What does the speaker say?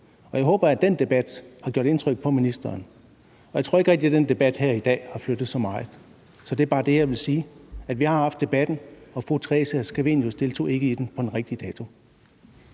Jeg håber, at den debat har gjort indtryk på ministeren. Jeg tror ikke rigtig, at den debat, vi har haft her i dag, har flyttet så meget. Det er bare det, jeg vil sige. Vi har haft debatten, og fru Theresa Scavenius deltog ikke den dag. Kl.